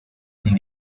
sin